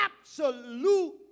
absolute